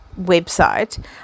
website